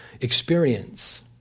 experience